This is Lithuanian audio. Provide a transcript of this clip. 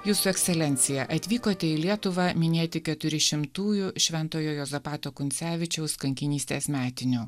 jūsų ekscelencija atvykote į lietuvą minėti keturi šimtųjų šventojo juozapato kuncevičiaus kankinystės metinių